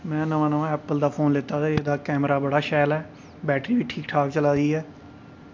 में नमां नमां ऐपल दा फोन लैता ते एहदा कैमरा बड़ा शैल ऐ बैटरी बी ठीक ठाक चला दी ऐ